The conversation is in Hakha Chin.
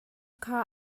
kha